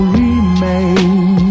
remain